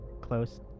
close